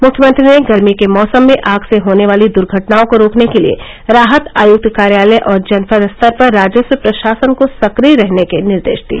मुख्यमंत्री ने गर्मी के मौसम में आग से होने वाली दुर्घटनाओं को रोकने के लिए राहत आयक्त कार्यालय और जनपद स्तर पर राजस्व प्रशासन को सक्रिय रहने के निर्देश दिए